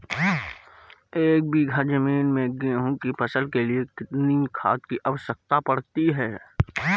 एक बीघा ज़मीन में गेहूँ की फसल के लिए कितनी खाद की आवश्यकता पड़ती है?